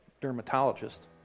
dermatologist